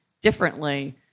differently